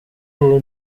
ubu